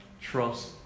trust